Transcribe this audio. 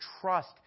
trust